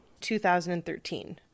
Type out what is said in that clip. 2013